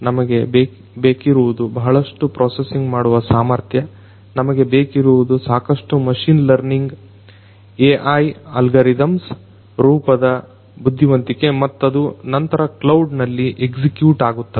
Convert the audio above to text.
ನಮಗೆ ಬೇಕಿರುವುದು ಬಹಳಷ್ಟು ಪ್ರೋಸಸಿಂಗ್ ಮಾಡುವ ಸಾಮರ್ಥ್ಯ ನಮಗೆ ಬೇಕಿರುವುದು ಸಾಕಷ್ಟು ಮಷೀನ್ ಲರ್ನಿಂಗ್ AI ಅಲ್ಗಾರಿದಮ್ಸ್ ರೂಪದ ಬುದ್ಧಿವಂತಿಕೆ ಮತ್ತದು ನಂತರ ಕ್ಲೌಡ್ ನಲ್ಲಿ ಎಕ್ಸಿಕ್ಯೂಟ್ ಆಗುತ್ತದೆ